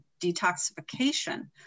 detoxification